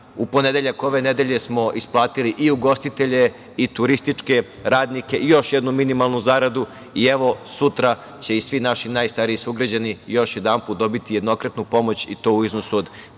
u ponedeljak ove nedelje smo isplatili i ugostitelje i turističke radnike i još jednu minimalnu zaradu i, evo, sutra će i svi naši najstariji sugrađani još jedanput dobiti jednokratnu pomoć i to u iznosu od pet